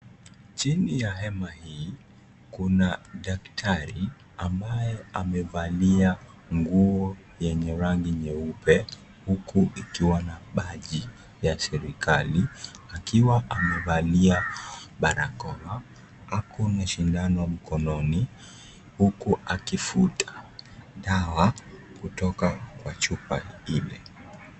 Chini ya hema hii kuna daktari ambaye amevalia nguo yenye rangi nyeupe huku ikiwa na baji ya serikali akiwa amevalia barakoa, ako na sindano mkononi huku akivuuta dawa kutoka kwa chupa ile.